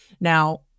Now